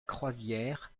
croisière